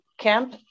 camp